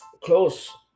close